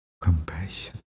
compassion